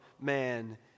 man